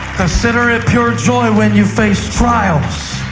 consider it pure joy when you face trials,